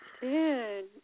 dude